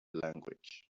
language